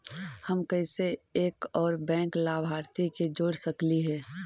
हम कैसे एक और बैंक लाभार्थी के जोड़ सकली हे?